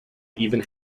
even